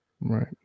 Right